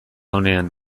onean